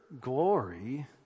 glory